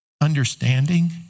understanding